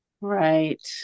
right